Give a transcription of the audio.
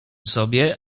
sobie